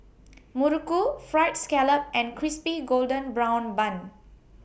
Muruku Fried Scallop and Crispy Golden Brown Bun